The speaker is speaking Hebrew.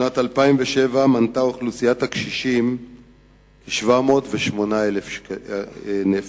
בשנת 2007 מנתה אוכלוסיית הקשישים 708,000 נפש.